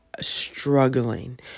struggling